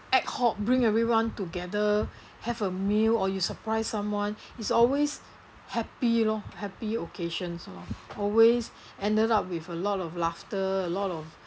adhoc bring everyone together have a meal or you surprise someone is always happy lor happy occasions lor always ended up with a lot of laughter a lot of